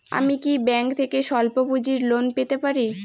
আমি কি ব্যাংক থেকে স্বল্প পুঁজির লোন পেতে পারি?